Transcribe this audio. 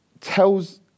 tells